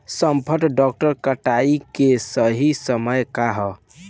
सॉफ्ट डॉ कटाई के सही समय का ह?